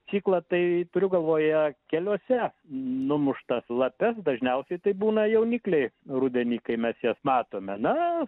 ciklą tai turiu galvoje keliuose numuštas lapes dažniausiai tai būna jaunikliai rudenį kai mes jas matome na